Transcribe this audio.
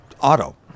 auto